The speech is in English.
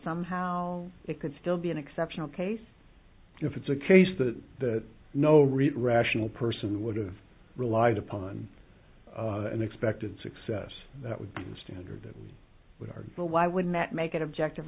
somehow it could still be an exceptional case if it's a case that no reed rational person would have relied upon and expected success that would be the standard that we would argue the why wouldn't that make it objective